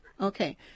okay